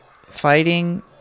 fighting